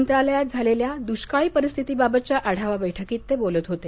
मंत्रालयात झालेल्या दुष्काळी परिस्थितीबाबत आढावा बैठकीत ते बोलत होते